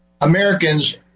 Americans